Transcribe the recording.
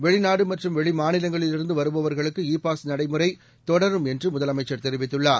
வெளிநாடுமற்றும்வெளிமா நிலங்களில்இருந்துவருபவர்களுக்குஇ பாஸ்நடைமுறைதொடரும்என்றுமுதலமைச்சர்தெரிவித் துள்ளார்